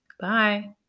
Bye